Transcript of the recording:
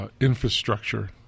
infrastructure